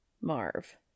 Marv